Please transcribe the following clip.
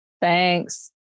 Thanks